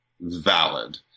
valid